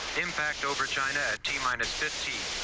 impact over china at t minus fifteen,